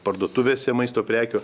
parduotuvėse maisto prekių